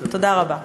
תודה רבה.